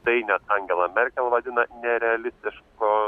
tai net angela merkel vadina nerealistišku